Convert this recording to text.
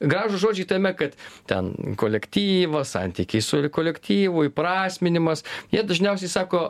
gražūs žodžiai tame kad ten kolektyvo santykiai su kolektyvu įprasminimas jie dažniausiai sako